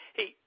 Hey